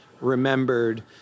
remembered